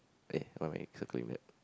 eh why am I circling that